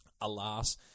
Alas